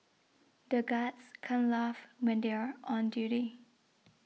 the guards can't laugh when they are on duty